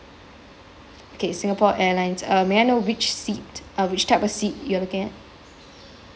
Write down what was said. okay singapore airlines uh may I know which seat uh which type of seat you are looking at